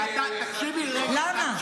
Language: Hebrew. למה?